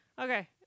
Okay